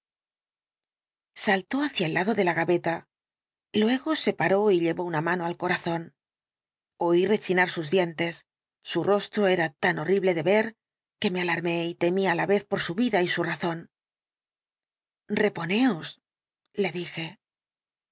saltó hacia el lado de la gaveta luego se paró y llevó una mano al corazón oí rechinar sus dientes su rostro era tan horrible de ver que me alarmé y temí á la vez por su vida y su razón reponeos le dije